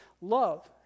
love